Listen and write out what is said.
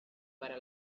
para